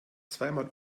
zweimal